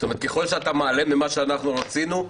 ככל שאתה מעלה ממה שאנחנו רצינו,